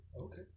okay